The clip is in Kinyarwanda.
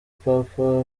papa